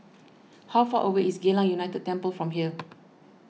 how far away is Geylang United Temple from here